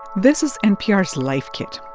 this is npr's life kit.